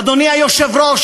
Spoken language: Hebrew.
אדוני היושב-ראש,